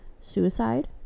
suicide